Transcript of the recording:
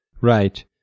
Right